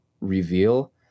reveal